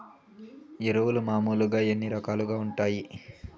ఎరువులు మామూలుగా ఎన్ని రకాలుగా వుంటాయి?